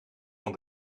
van